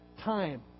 time